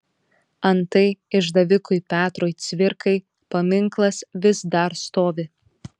antai išdavikui petrui cvirkai paminklas vis dar stovi